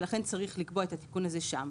ולכן צריך לקבוע את התיקון הזה שם.